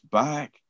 back